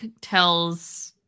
tells